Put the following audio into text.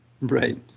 Right